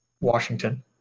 Washington